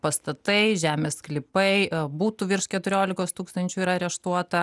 pastatai žemės sklypai butų virš keturiolikos tūkstančių yra areštuota